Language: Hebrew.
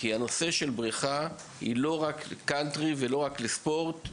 כי הנושא של בריכה זה לא רק קאנטרי ולא רק ספורט,